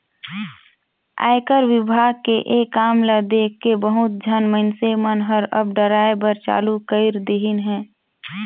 आयकर विभाग के ये काम ल देखके बहुत झन मइनसे मन हर अब डराय बर चालू कइर देहिन हे